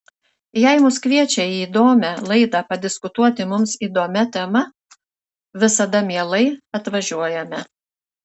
jei mus kviečia į įdomią laidą padiskutuoti mums įdomia tema visada mielai atvažiuojame